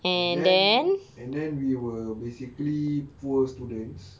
and then and then we were basically poor students today